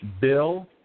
Bill